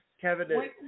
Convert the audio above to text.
Kevin